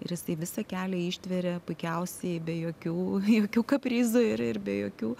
ir jisai visą kelią ištveria puikiausiai be jokių jokių kaprizų ir ir be jokių